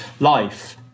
life